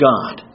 God